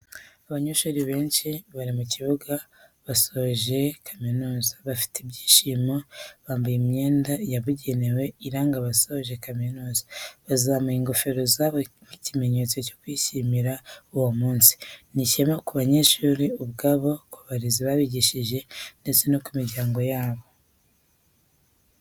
Abanyeshuri benshi bari mu kibuga basoje kamizuza bafite ibyishimo, bambaye imyenda yabugenewe iranga abasoje kaminuza, bazamuye ingofero zabo nk'ikimenyetso cyo kwishimira uwo munsi, ni ishema ku banyeshuri ubwabo, ku barezi babigishije ndetse no ku miryango yabo.